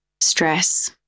stress